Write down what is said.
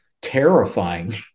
terrifying